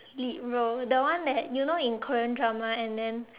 lead role the one that had you know in Korean drama and then